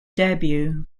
debut